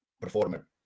performer